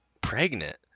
pregnant